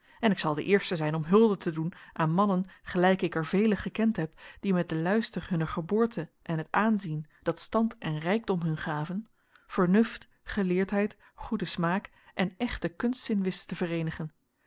en ik zal de eerste zijn om hulde te doen aan mannen gelijk ik er velen gekend heb die met den luister hunner geboorte en het aanzien dat stand en rijkdom hun gaven vernuft geleerdheid goeden smaak en echten kunstzin wisten te vereenigen